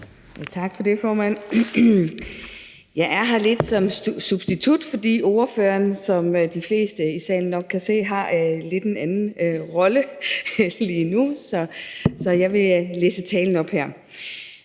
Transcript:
Tak for det, formand. Jeg er her lidt som substitut, fordi ordføreren, som de fleste i salen nok kan se, har en lidt anden rolle lige nu, så jeg vil læse talen op her.